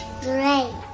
Great